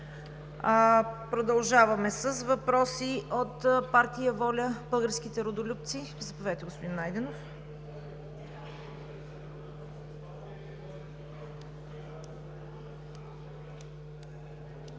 Продължаваме с въпроси от партия „ВОЛЯ – Българските Родолюбци“. Заповядайте, господин Нецов.